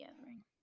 Gathering